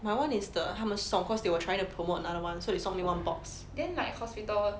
my [one] is the 他们送 cause they were trying to promote another [one] so they 送 me one box